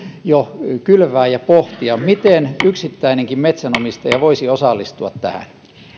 jo kylvää ja pohtia miten yksittäinenkin metsänomistaja voisi osallistua tähän